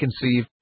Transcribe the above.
conceive